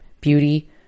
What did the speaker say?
beauty